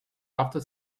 after